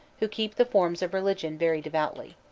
who keep the forms of religion very devoutly.